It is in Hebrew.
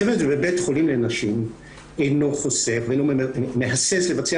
הצוות בבית החולים לנשים אינו מהסס לבצע